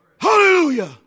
Hallelujah